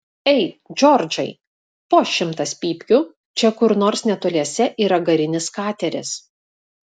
ei džordžai po šimtas pypkių čia kur nors netoliese yra garinis kateris